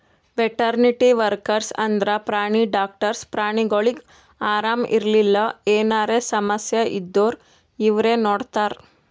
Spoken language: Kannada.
ವೆಟೆರ್ನಿಟಿ ವರ್ಕರ್ಸ್ ಅಂದ್ರ ಪ್ರಾಣಿ ಡಾಕ್ಟರ್ಸ್ ಪ್ರಾಣಿಗೊಳಿಗ್ ಆರಾಮ್ ಇರ್ಲಿಲ್ಲ ಎನರೆ ಸಮಸ್ಯ ಇದ್ದೂರ್ ಇವ್ರೇ ನೋಡ್ತಾರ್